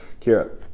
kira